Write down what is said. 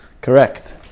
Correct